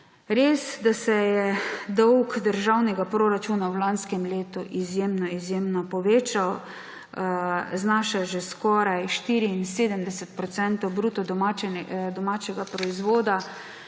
Res, da se je dolg državnega proračuna v lanskem letu izjemno, izjemno povečal. Znaša že skoraj 74 % bruto domačega proizvoda